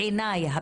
בעיניי,